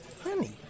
Honey